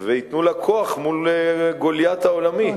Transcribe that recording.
וייתנו לה כוח מול גוליית העולמי.